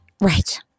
Right